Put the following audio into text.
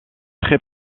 très